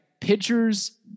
pitchers